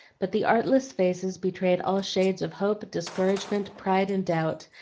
but the artless faces betrayed all shades of hope, discouragement, pride, and doubt,